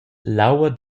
l’aua